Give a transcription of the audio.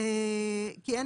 כי אין